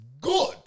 good